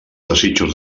desitjos